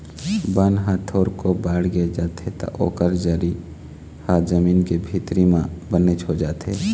बन ह थोरको बाड़गे जाथे त ओकर जरी ह जमीन के भीतरी म बनेच हो जाथे